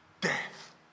death